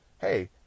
Hey